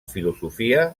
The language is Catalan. filosofia